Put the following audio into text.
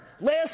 last